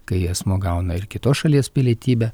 kai asmuo gauna ir kitos šalies pilietybę